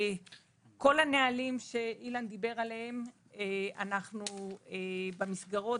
כל הנהלים שאילן דיבר עליהם אנחנו במסגרות